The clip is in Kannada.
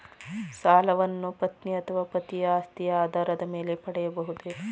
ಸಾಲವನ್ನು ಪತ್ನಿ ಅಥವಾ ಪತಿಯ ಆಸ್ತಿಯ ಆಧಾರದ ಮೇಲೆ ಪಡೆಯಬಹುದೇ?